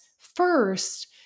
First